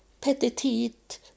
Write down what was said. petite